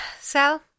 Sal